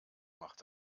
macht